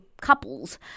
couples